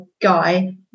guy